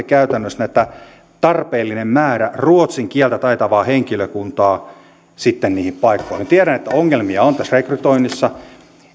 käytännössä tarpeellinen määrä ruotsin kieltä taitavaa henkilökuntaa sitten niihin paikkoihin tiedän että ongelmia on tässä rekrytoinnissa